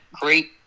great